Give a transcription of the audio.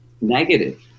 negative